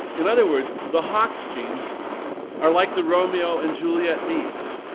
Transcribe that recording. in other words, the hox genes are like the romeo and juliet memes.